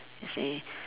you see